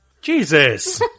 Jesus